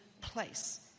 place